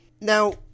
Now